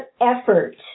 effort